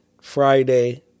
Friday